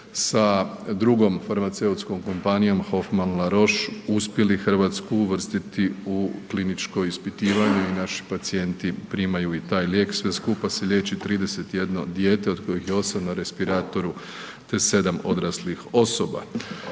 sa drugom farmaceutskom kompanijom Hoffmanm la Roche uspjeli Hrvatsku uvrstiti u kliničko ispitivanje i naši pacijenti primaju i taj lijek. Sve skupa se liječi 31 dijete od kojih je 8 na respiratoru te 7 odraslih osoba.